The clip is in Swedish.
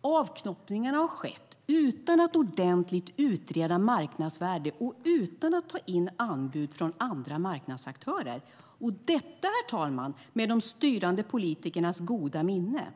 Avknoppningarna har skett utan att ordentligt utreda marknadsvärdet och utan att ta in anbud från andra marknadsaktörer, och detta, herr talman, med de styrande politikernas goda minne.